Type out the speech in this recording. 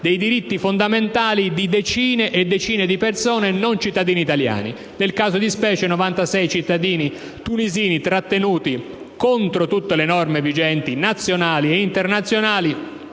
dei diritti fondamentali di decine e decine di persone che non sono cittadini italiani. Nel caso di specie, si tratta di 96 cittadini tunisini trattenuti, contro tutte le norme vigenti, nazionali ed internazionali,